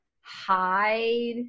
hide